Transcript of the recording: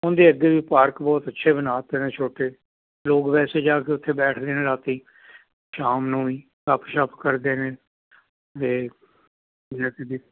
ਉਹਦੇ ਅੱਗੇ ਵੀ ਪਾਰਕ ਬਹੁਤ ਅੱਛੇ ਬਣਾ ਦਿੱਤੇ ਨੇ ਛੋਟੇ ਲੋਕ ਵੈਸੇ ਜਾ ਕੇ ਉੱਥੇ ਬੈਠਦੇ ਨੇ ਰਾਤੀ ਸ਼ਾਮ ਨੂੰ ਵੀ ਗੱਪ ਸ਼ੱਪ ਕਰਦੇ ਨੇ ਅਤੇ